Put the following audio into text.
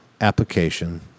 application